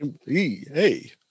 hey